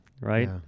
Right